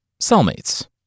cellmates